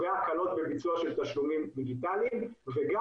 והקלות בביצוע של תשלומים דיגיטליים וגם